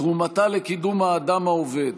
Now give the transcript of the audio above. תרומתה לקידום האדם העובד